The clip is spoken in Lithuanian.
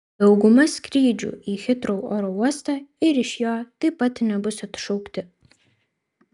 dauguma skrydžių į hitrou oro uostą ir iš jo taip pat nebus atšaukti